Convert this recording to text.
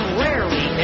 rarely